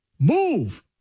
move